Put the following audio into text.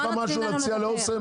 להציע לאוסם?